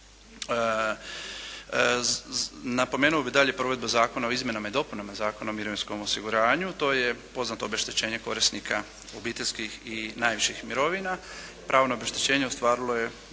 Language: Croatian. Napomenuo bih dalje provedbu Zakona o izmjenama i dopunama Zakona o mirovinskom osiguranju. To je poznato obeštećenje korisnika obiteljskih i najviših mirovina. Pravo na obeštećenje ostvarilo je